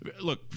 look